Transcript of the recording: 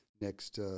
next